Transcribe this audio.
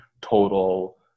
total